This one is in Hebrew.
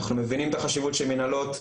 אנחנו מבינים את החשיבות של מנהלות,